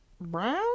brown